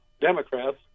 Democrats